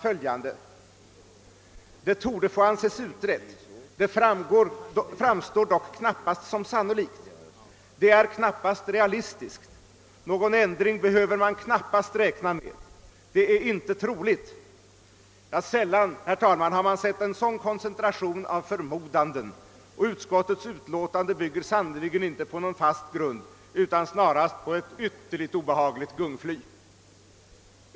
följande formuleringar: Det torde få anses utrett, det framstår dock knappast som sannolikt, det är knappast realistiskt, någon ändring behöver man knappast räkna med, det är inte troligt etc. Säl lan, herr talman, har man sett en sådan koncentration av förmodanden. Utskottets utlåtande bygger sannerligen inte på någon fast grund utan snarast på ett ytterligt obehagligt gungfly.